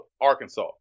Arkansas